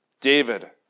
David